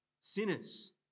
sinners